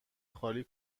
خالی